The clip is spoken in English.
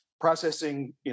processing